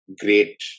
great